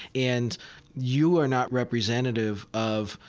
and you are not representative of,